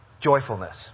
joyfulness